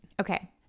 Okay